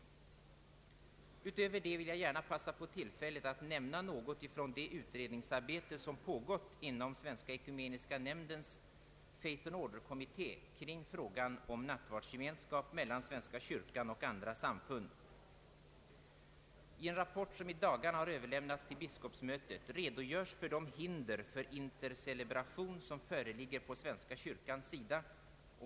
Därutöver vill jag gärna passa på tillfället att nämna något om det utredningsarbete som pågått inom Svenska ekumeniska nämndens Faith and Orderkommitté kring frågan om nattvardsgemenskapen speciellt mellan svenska kyrkan och andra samfund. I en rapport som i dagarna överlämnats till biskopsmötet redogörs för de hinder för intercelebration som föreligger från svenska kyrkans sida.